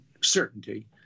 certainty